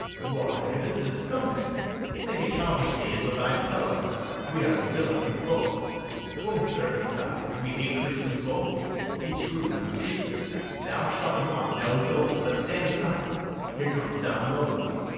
why, this is something make account of me as of thy fellow we are villains both both circumcised we hate christians both be true and secret thou shalt want no gold. but stand aside here comes don lodowick.